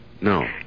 No